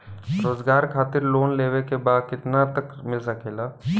रोजगार खातिर लोन लेवेके बा कितना तक मिल सकेला?